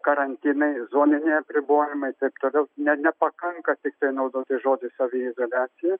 karantinai zoniniai apribojimai taip toliau ne nepakanka tiktai naudoti žodis saviizoliacija